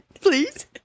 please